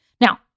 Now